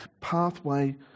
pathway